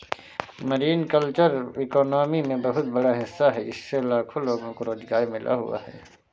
marine culture economy में बहुत बड़ा हिस्सा है इससे लाखों लोगों को रोज़गार मिल हुआ है